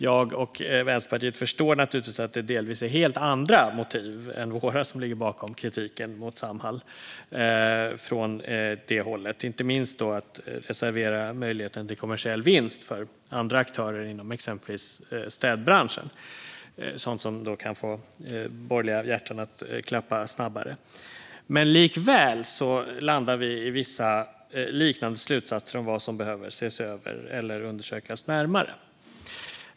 Jag och Vänsterpartiet förstår naturligtvis att det delvis är helt andra motiv än våra som ligger bakom kritiken mot Samhall från det hållet, inte minst att reservera möjligheten till kommersiell vinst för andra aktörer inom exempelvis städbranschen - sådant som kan få borgerliga hjärtan att klappa snabbare. Likväl landar vi i vissa liknande slutsatser om vad som behöver ses över eller undersökas närmare.